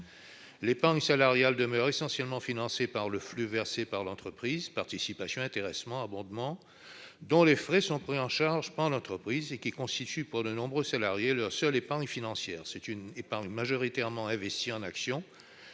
L'épargne salariale demeure essentiellement financée par les flux versés par l'entreprise : participation, intéressement, abondement. Ses frais sont pris en charge par l'entreprise et elle constitue pour de nombreux salariés leur seule épargne financière. C'est une épargne majoritairement investie en actions